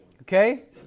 Okay